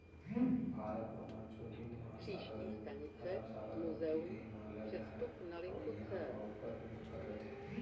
भारत म मानसून हिंद महासागर अउ अरब सागर कोती ले हिमालय डहर अवइया हवा उपर निरभर रथे